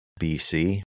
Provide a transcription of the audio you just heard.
BC